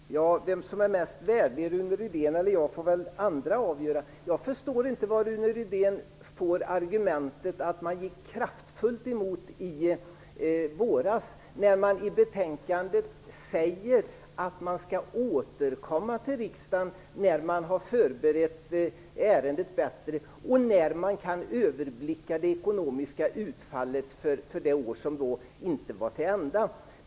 Herr talman! Vem som är mest värdig - Rune Rydén eller jag - får väl andra avgöra. Jag förstår inte varifrån Rune Rydén får argumentet att vi kraftfullt gick emot förslaget i våras. I vårens betänkande står det ju att regeringen skall återkomma till riksdagen när den har förberett ärendet bättre och kan överblicka det ekonomiska utfallet för det år som då inte var till ända.